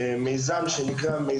בועטים את